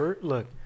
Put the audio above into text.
Look